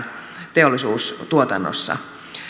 teollisuustuotannossa